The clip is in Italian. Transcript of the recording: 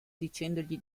dicendogli